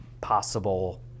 possible